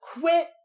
quit